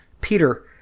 Peter